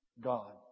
God